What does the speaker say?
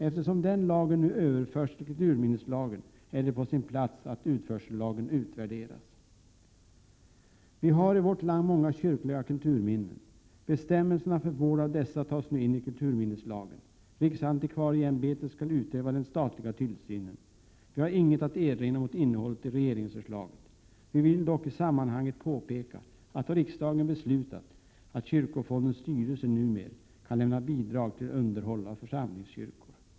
Eftersom den lagen nu överförs till kulturminneslagen, är det på sin plats att utförsellagen utvärderas. Vi har i vårt land många kyrkliga kulturminnen. Bestämmelserna för vård av dessa tas nu in i kulturminneslagen. Riksantikvarieämbetet skall utöva den statliga tillsynen. Vi har inget att erinra mot innehållet i regeringsförslaget. Vi vill dock i sammanhanget påpeka, att riksdagen beslutat att kyrkofondens styrelse numer kan lämna bidrag till underhåll av församlingskyrkor.